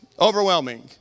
Overwhelming